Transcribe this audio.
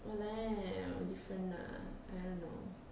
!walao! different nah I don't know